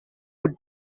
would